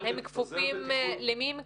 אבל למי הם כפופים?